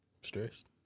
Stressed